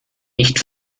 nicht